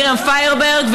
מרים פיירברג,